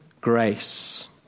grace